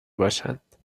باشند